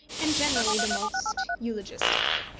and generally the most eulogistic.